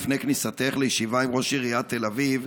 לפני כניסתך לישיבה עם ראש עיריית תל אביב.